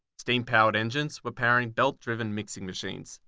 steam powered engines were powering belt driven mixing machines.